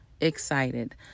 excited